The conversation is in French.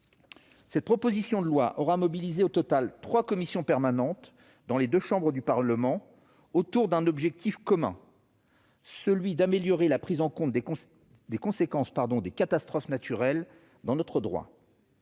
Cette proposition de loi aura mobilisé au total trois commissions permanentes dans les deux chambres du Parlement, autour d'un objectif commun : améliorer la prise en compte des conséquences des catastrophes naturelles dans notre droit.